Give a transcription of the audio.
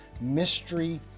mystery